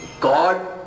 God